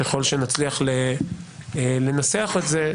וככל שנצליח לנסח את זה,